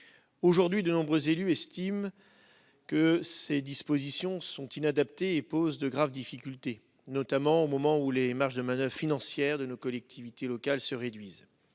Aujourd'hui, de nombreux élus estiment que ces dispositions sont inadaptées et qu'elles posent de graves difficultés, notamment au moment où les marges de manoeuvre financières de nos collectivités locales se réduisent.